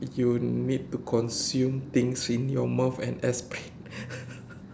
you need to consume things in your mouth and explicit